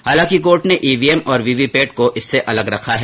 हालांकि कोर्ट ने ईवीएम और वीवीपैट को इससे अलग रखा है